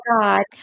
God